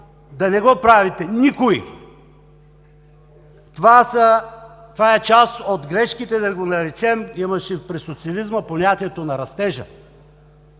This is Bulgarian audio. да не го правите – никой! Това са част от грешките да го наречем, имаше през социализма „понятието на растежа”,